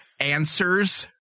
Answers